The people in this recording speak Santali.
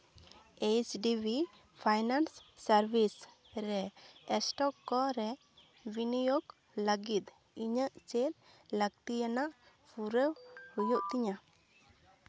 H D B finance service ᱨᱮ ᱥᱴᱚᱠ ᱠᱚᱨᱮ ᱵᱤᱱᱤᱭᱳᱜᱽ ᱞᱟᱹᱜᱤᱫ ᱤᱧᱟᱹᱜ ᱪᱮᱫ ᱞᱟᱹᱠᱛᱤᱭᱟᱱᱟᱜ ᱯᱩᱨᱟᱹ ᱦᱩᱭᱩᱜ ᱛᱤᱧᱟ